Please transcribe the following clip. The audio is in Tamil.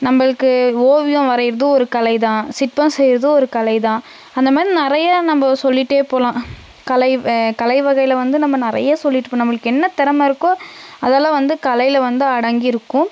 நம்மளுக்கு ஓவியம் வரைகிறது ஒரு கலை தான் சிற்பம் செய்கிறது ஒரு கலை தான் அந்த மாதிரி நிறைய நம்ம சொல்லிகிட்டே போகலாம் கலை கலை வகையில் வந்து நம்ம நிறைய சொல்லிட்டு இப்போ நம்மளுக்கு என்ன திறம இருக்கோ அதெல்லாம் வந்து கலையில் வந்து அடங்கி இருக்கும்